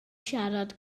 siarad